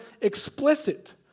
explicit